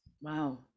Wow